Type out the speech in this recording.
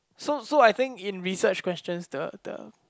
so so I think in research questions the the